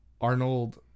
Arnold